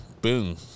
Boom